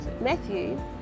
Matthew